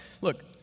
look